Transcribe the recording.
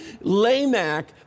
Lamech